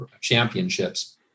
championships